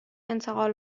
انتقال